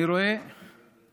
אני רואה את